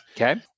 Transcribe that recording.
Okay